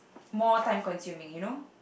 more time consuming you know